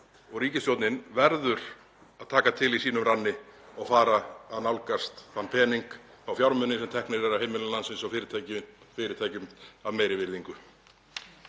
Ríkisstjórnin verður að taka til í sínum ranni og fara að nálgast þá fjármuni sem teknir eru af heimilum landsins og fyrirtækjum af meiri virðingu.